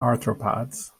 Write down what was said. arthropods